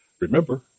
Remember